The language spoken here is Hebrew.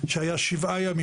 שהיה שבעה ימים.